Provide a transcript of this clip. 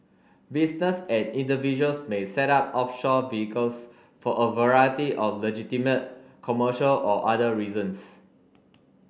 business and individuals may set up offshore vehicles for a variety of legitimate commercial or other reasons